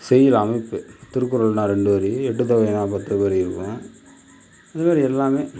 செய்யுள் அமைப்பு திருக்குறள்னா ரெண்டு வரி எட்டுத்தொகைனா பத்து வரி இருக்கும் இதுமாரி எல்லாமே